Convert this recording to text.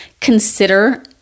consider